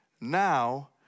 now